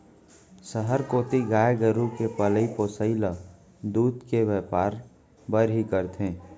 सहर कोती गाय गरू के पलई पोसई ल दूद के बैपार बर ही करथे